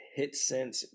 Hitsense